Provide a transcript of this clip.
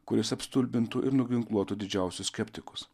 kuris apstulbintų ir nuginkluotų didžiausius skeptikus